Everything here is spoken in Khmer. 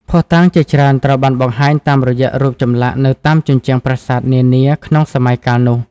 ភស្តុតាងជាច្រើនត្រូវបានបង្ហាញតាមរយៈរូបចម្លាក់នៅតាមជញ្ជាំងប្រាសាទនានាក្នុងសម័យកាលនោះ។